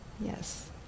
Yes